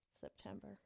september